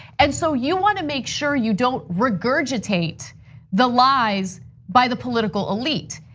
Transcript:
and so you wanna make sure you don't regurgitate the lies by the political elite.